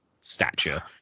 stature